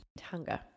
hunger